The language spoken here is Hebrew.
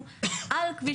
כביש